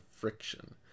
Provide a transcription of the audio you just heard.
friction